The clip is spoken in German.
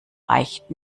reicht